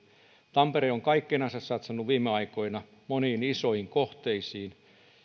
tampere on kaikkinansa satsannut viime aikoina moniin isoihin kohteisiin